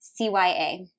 cya